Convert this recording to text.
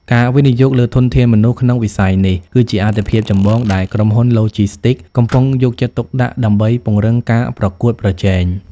ការវិនិយោគលើធនធានមនុស្សក្នុងវិស័យនេះ គឺជាអាទិភាពចម្បងដែលក្រុមហ៊ុនឡូជីស្ទីកកំពុងយកចិត្តទុកដាក់ដើម្បីពង្រឹងការប្រកួតប្រជែង។